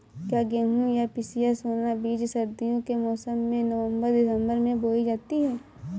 क्या गेहूँ या पिसिया सोना बीज सर्दियों के मौसम में नवम्बर दिसम्बर में बोई जाती है?